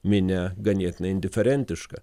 minia ganėtinai indiferentiška